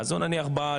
אז הוא נניח בא,